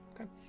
Okay